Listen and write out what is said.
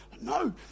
No